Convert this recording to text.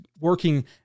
working